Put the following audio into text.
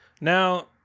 now